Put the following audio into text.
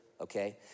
okay